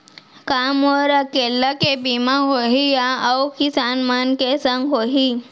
का मोर अकेल्ला के बीमा होही या अऊ किसान मन के संग होही?